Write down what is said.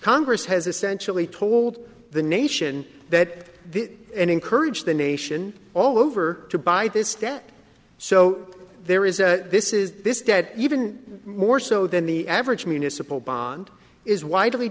congress has essentially told the nation that the encourage the nation all over to buy this debt so there is this is this dead even more so than the average municipal bond is widely